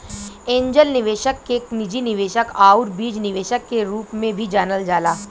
angel निवेशक के निजी निवेशक आउर बीज निवेशक के रूप में भी जानल जाला